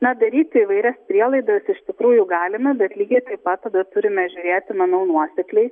na daryti įvairias prielaidas iš tikrųjų galime bet lygiai taip pat tada turime žiūrėti manau nuosekliai